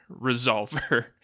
resolver